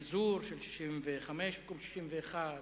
פיזור ב-65 במקום ב-61,